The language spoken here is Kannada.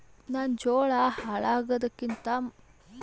ನನ್ನ ಜೋಳಾ ಹಾಳಾಗದಕ್ಕಿಂತ ಮೊದಲೇ ಎಷ್ಟು ದಿನ ಗೊದಾಮನ್ಯಾಗ ಇಡಲಕ ಬರ್ತಾದ?